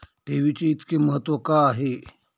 ठेवीचे इतके महत्व का आहे?